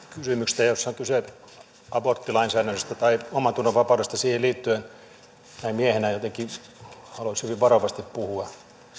kysymyksestä jossa on kyse aborttilainsäädännöstä tai omantunnonvapaudesta siihen liittyen näin miehenä jotenkin haluaisin hyvin varovasti puhua